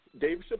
Dave